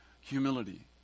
humility